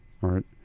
right